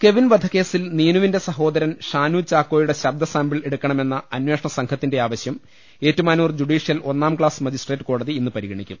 Kevin വധക്കേസിൽ നീനുവിന്റെ സഹോദരൻ ഷാനു ചാക്കോയുടെ ശബ്ദ സാമ്പിൾ എടുക്കണമെന്ന അന്വേഷണ സംഘത്തിന്റെ ആവശ്യം ഏറ്റുമാനൂർ ജുഡീഷ്യൽ ഒന്നാം ക്ലാസ് മജിസ്ട്രേറ്റ് കോടതി ഇന്ന് പരിഗണിക്കും